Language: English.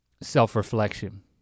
self-reflection